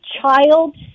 child